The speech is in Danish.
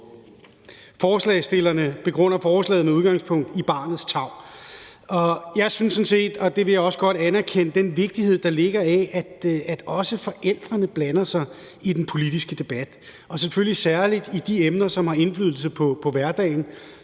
Forslagsstillerne begrunder forslaget med udgangspunkt i barnets tarv. Jeg synes sådan set, at jeg også godt vil anerkende den vigtighed, der ligger i, at også forældrene blander sig i den politiske debat – og selvfølgelig særlig i de emner, som har indflydelse på hverdagen.